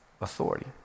authority